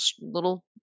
little